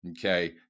Okay